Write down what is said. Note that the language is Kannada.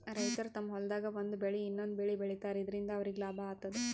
ರೈತರ್ ತಮ್ಮ್ ಹೊಲ್ದಾಗ್ ಒಂದ್ ಬೆಳಿ ಇನ್ನೊಂದ್ ಬೆಳಿ ಬೆಳಿತಾರ್ ಇದರಿಂದ ಅವ್ರಿಗ್ ಲಾಭ ಆತದ್